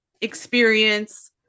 experience